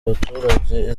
baturage